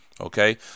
Okay